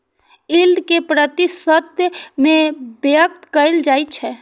yield कें प्रतिशत मे व्यक्त कैल जाइ छै